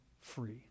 free